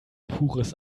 pures